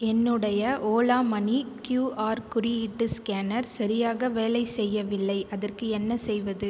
என்னுடைய Ola money QR குறியீட்டு scanner சரியாக வேலை செய்யவில்லை அதற்கு என்ன செய்வது